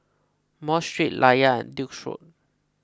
Mosque Street Layar and Duke's Road